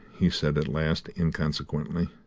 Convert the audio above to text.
he said at last inconsequently.